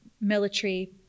military